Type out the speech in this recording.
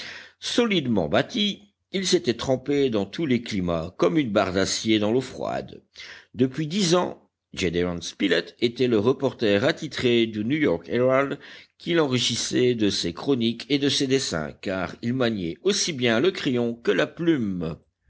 solidement bâti il s'était trempé dans tous les climats comme une barre d'acier dans l'eau froide depuis dix ans gédéon spilett était le reporter attitré du new-york herald qu'il enrichissait de ses chroniques et de ses dessins car il maniait aussi bien le crayon que la plume